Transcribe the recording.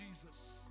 Jesus